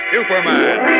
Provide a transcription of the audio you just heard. Superman